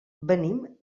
venim